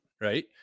right